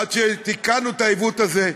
עד שתיקנו את העיוות הזה,